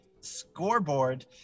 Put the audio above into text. scoreboard